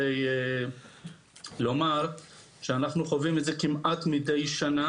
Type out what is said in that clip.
לי נתונים מדויקים לגבי ערערה בעניין הזה.